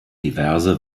diverse